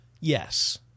yes